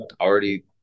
Already